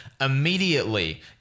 immediately